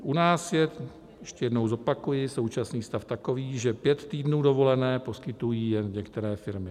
U nás je, ještě jednou zopakuji, současný stav takový, že pět týdnů dovolené poskytují jen některé firmy.